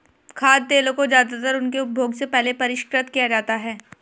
खाद्य तेलों को ज्यादातर उनके उपभोग से पहले परिष्कृत किया जाता है